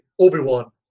Obi-Wan